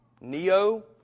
Neo